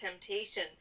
temptation